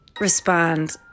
Respond